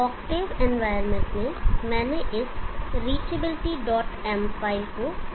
Octave environment में मैंने इस reachabilitym फ़ाइल को फिर से चलाया है